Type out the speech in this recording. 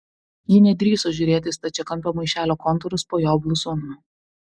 ji nedrįso žiūrėti į stačiakampio maišelio kontūrus po jo bluzonu